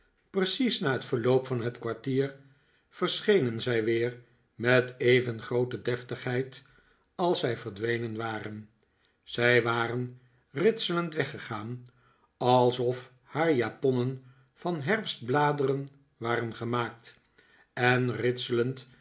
precies na verloop van het kwartier verschenen zij weer met even groote defr tigheid als zij verdwenen waren zij waren ritselend weggegaan alsof haar japonnen van herfstbladeren waren gemaakt en ritselend